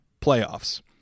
playoffs